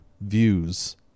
views